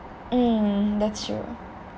mm that's true